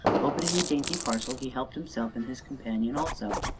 opening the dainty parcel he helped himself, and his companion also.